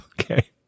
Okay